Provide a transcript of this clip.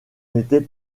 n’était